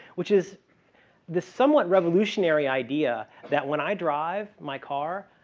which is this somewhat revolutionary idea that when i drive my car,